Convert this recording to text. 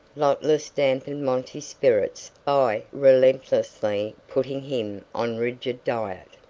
lotless dampened monty's spirits by relentlessly putting him on rigid diet,